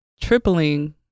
tripling